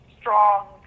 strong